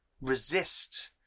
resist